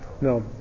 no